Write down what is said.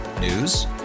News